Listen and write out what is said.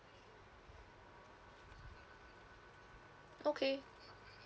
okay